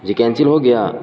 جی cancel ہو گیا